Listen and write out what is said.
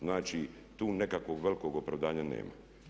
Znači tu nekakvog velikog opravdanja nema.